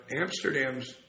Amsterdam's